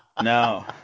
No